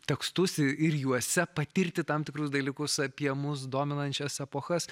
tekstus ir juose patirti tam tikrus dalykus apie mus dominančias epochas